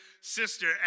sister